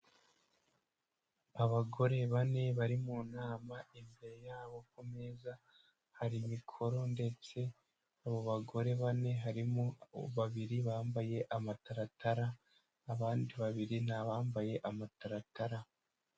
Abagore bane bari mu nama, imbere yabo ku meza hari mikoro, ndetse mu bagore bane harimo babiri bambaye amataratara abandi babiri ntibambaye amataratara.